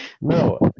No